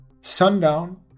Sundown